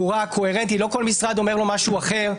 קוהרנטית לא כל משרד אומר לו משהו אחר,